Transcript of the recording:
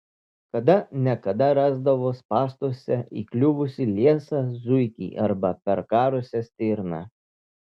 kada ne kada rasdavo spąstuose įkliuvusį liesą zuikį arba perkarusią stirną